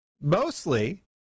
mostly